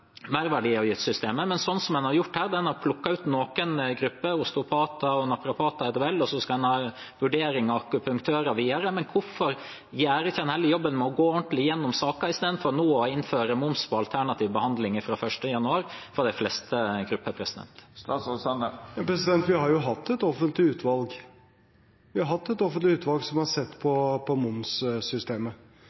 en har gjort her, er at en har plukket ut noen grupper, osteopater og naprapater, og så skal man ha en vurdering av akupunktører videre. Hvorfor gjør man ikke heller jobben med å gå ordentlig igjennom saker istedenfor nå å innføre moms på alternativ behandling fra 1. januar for de fleste grupper? Vi har jo hatt et offentlig utvalg. Vi har hatt et offentlig utvalg som har sett på momssystemet,